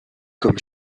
comme